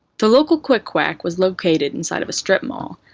the local qwik-quack was located inside of a strip mall,